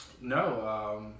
No